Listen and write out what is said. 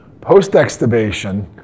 Post-extubation